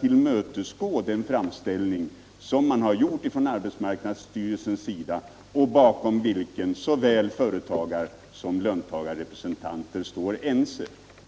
tillmötesgå den framställning som arbetsmarknadsstyrelsen gjort och om vilken företagaroch löntagarrepresentanter är ense?